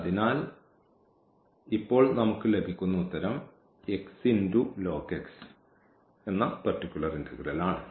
അതിനാൽ ഇപ്പോൾ നമുക്ക് ലഭിക്കുന്ന ഉത്തരം ഈ എന്ന പർട്ടിക്കുലർ ഇന്റഗ്രൽ ആണ്